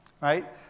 right